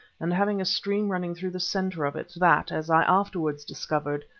and having a stream running through the centre of it, that, as i afterwards discovered,